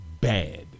bad